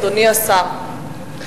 אדוני השר.